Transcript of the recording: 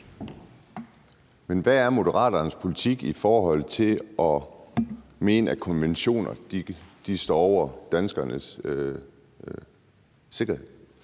Men hvad er Moderaternes politik i forhold til at mene, at konventioner står over danskernes sikkerhed?